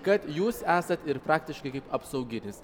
kad jūs esat ir praktiškai kaip apsauginis